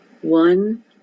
One